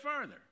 further